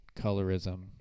colorism